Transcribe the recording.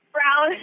Brown